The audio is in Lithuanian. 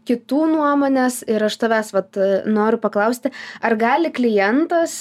kitų nuomonės ir aš tavęs vat noriu paklausti ar gali klientas